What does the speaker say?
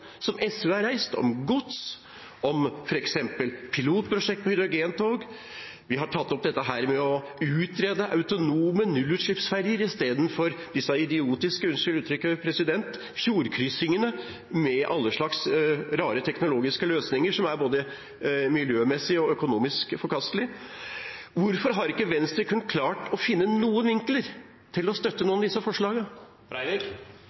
som SV har reist, om gods, om pilotprosjekt for hydrogentog, om å utrede autonome nullutslippsferger i stedet for disse idiotiske – unnskyld uttrykket – fjordkryssingene med alle slags rare teknologiske løsninger som er både miljømessig og økonomisk forkastelige. Hvorfor har ikke Venstre klart å finne noen innfallsvinkler til å kunne støtte